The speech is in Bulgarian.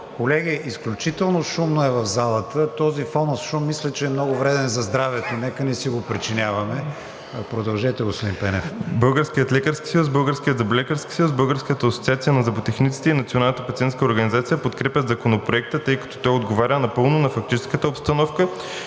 Колеги, изключително шумно е в залата. Този фон от шум, мисля, че е много вреден за здравето. Нека не си го причиняваме. Продължете господин Пенев. ДОКЛАДЧИК МИЛКО ПЕНЕВ: Българският лекарски съюз, Българският зъболекарски съюз, Българската асоциация на зъботехниците и Националната пациентска организация подкрепят Законопроекта, тъй като той отговаря напълно на фактическата обстановка